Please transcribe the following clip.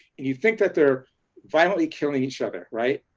and you think that they're violently killing each other, right?